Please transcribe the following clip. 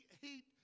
heat